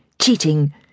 cheating